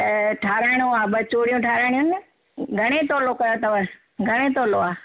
त ठाराहिणो आहे ॿ चूड़ीयूं ठाराहिणियूं घणे तोलो कयो अथव घणे तोलो आहे